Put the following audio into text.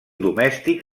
domèstic